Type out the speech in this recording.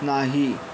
नाही